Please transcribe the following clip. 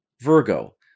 Virgo